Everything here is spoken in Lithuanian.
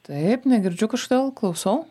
taip negirdžiu kažkodėl klausau